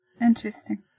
Interesting